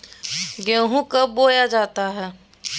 गेंहू कब बोया जाता हैं?